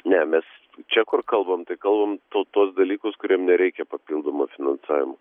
ne mes čia kur kalbam tai kalbam tu tuos dalykus kuriem nereikia papildomo finansavimo